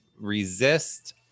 resist